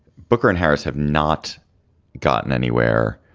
booker and harris have not gotten anywhere,